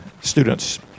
students